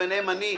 וביניהם אני,